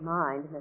mind